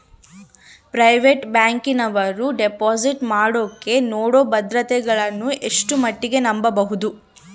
Private ಬ್ಯಾಂಕಿನವರು deposit ಮಾಡೋಕೆ ನೇಡೋ ಭದ್ರತೆಗಳನ್ನು ಎಷ್ಟರ ಮಟ್ಟಿಗೆ ನಂಬಬಹುದು?